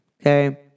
okay